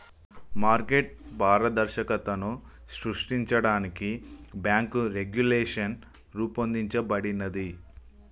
market పారదర్శకతను సృష్టించడానికి bank regulation రూపొందించబడినాది